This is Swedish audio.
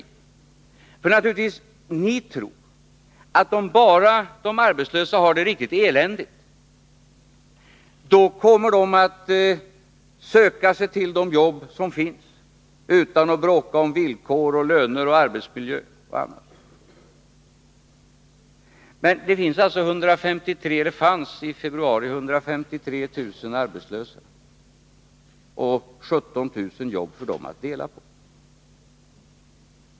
Ni tror naturligtvis att bara de arbetslösa har det riktigt eländigt, så kommer de att söka sig till de jobb som finns utan att bråka om villkor, löner, arbetsmiljö och annat. Men det fanns i februari 153 000 arbetslösa och 17 000 jobb för dem att dela på.